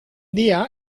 día